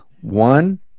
one